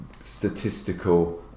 statistical